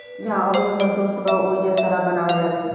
जाहा अभी हमर दोस्त बा ओइजा शराब बनावल जाला